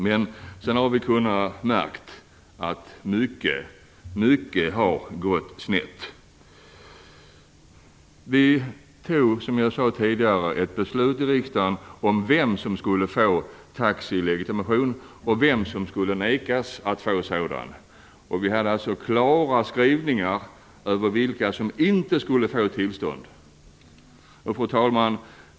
Men sedan har vi märkt att mycket har gått snett. Som jag sade förut fattade vi i riksdagen ett beslut om vem som skulle få taxilegitimation och vem som skulle nekas att få en sådan. Vi hade klara skrivningar över vilka som inte skulle få tillstånd. Fru talman!